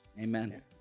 Amen